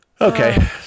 Okay